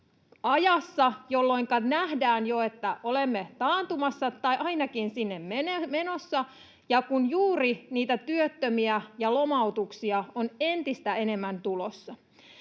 jolloinka nähdään jo, että olemme taantumassa tai ainakin sinne menossa, kun juuri työttömiä ja lomautuksia on entistä enemmän tulossa.